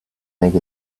make